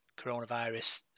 coronavirus